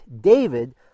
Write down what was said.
David